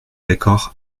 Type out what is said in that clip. d’accord